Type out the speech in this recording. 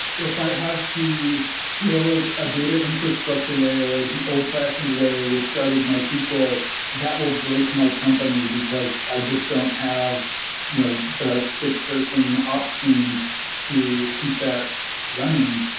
if have to build a data infrastructure layer the old fashioned way with sharded mysql, that will break my company, because i just don't have you know the six-person ops teams to keep that running.